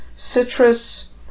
citrus